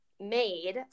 Made